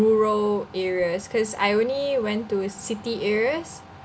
rural areas cause I only went to city areas